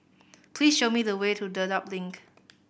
please show me the way to Dedap Link